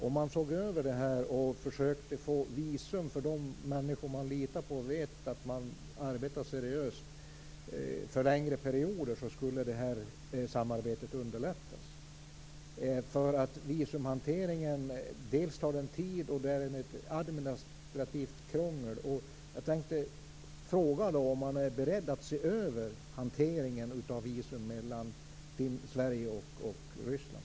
Om man såg över detta och försökte få visum för längre perioder för de människor som man litar på och som man vet arbetar seriöst, skulle detta samarbete underlättas. Visumhanteringen tar tid och innebär ett administrativt krångel. Jag tänkte fråga om man är beredd att se över hanteringen av visum mellan Sverige och Ryssland.